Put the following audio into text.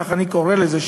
כך אני קורא לזה,